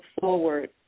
forward